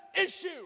issue